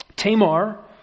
Tamar